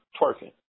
twerking